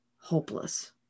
hopeless